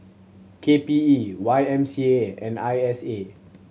K P E Y M C A and I S A